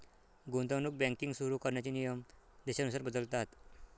गुंतवणूक बँकिंग सुरु करण्याचे नियम देशानुसार बदलतात